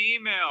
email